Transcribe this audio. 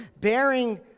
Bearing